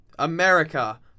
America